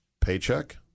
Paycheck